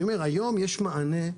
היום יש מענה.